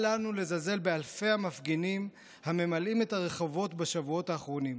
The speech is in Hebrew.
אל לנו לזלזל באלפי המפגינים הממלאים את הרחובות בשבועות האחרונים,